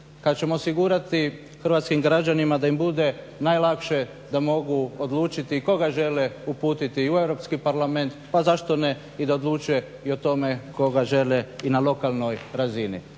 kad ćemo osigurati hrvatskim građanima da im bude najlakše, da mogu odlučiti koga žele uputiti i u Europski parlament, pa zašto ne i da odlučuje i o tome koga žele i na lokalnoj razini.